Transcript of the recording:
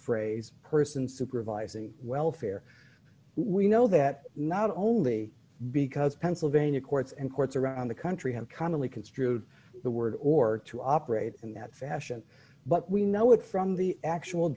phrase person supervising welfare we know that not only because pennsylvania courts and courts around the country have commonly construed the word or to operate in that fashion but we know it from the actual